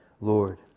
Lord